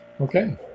Okay